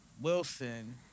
Wilson